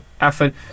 effort